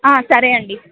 సరే అండి